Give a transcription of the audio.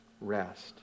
rest